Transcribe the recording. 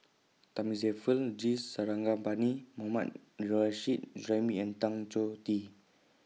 Thamizhavel G Sarangapani Mohammad Nurrasyid Juraimi and Tan Choh Tee